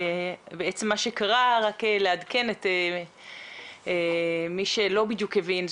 רק לעדכן את מי שלא בדיוק הבין,